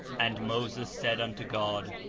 and moses said unto god,